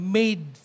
made